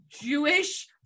Jewish